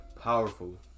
powerful